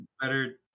better